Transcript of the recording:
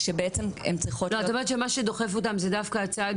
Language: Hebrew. את אומרת שמה שדוחף אותן זה דווקא הצד